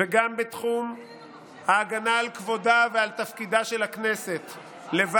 וגם בתחום ההגנה על כבודה ועל תפקידה של הכנסת לבל